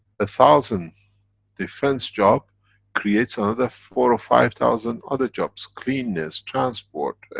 a thousand defense job creates another four or five thousand other jobs, cleaners, transport.